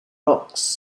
rocks